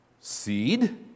Seed